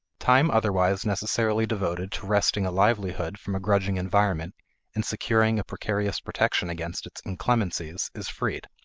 time otherwise necessarily devoted to wresting a livelihood from a grudging environment and securing a precarious protection against its inclemencies is freed.